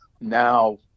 Now